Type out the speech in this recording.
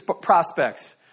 prospects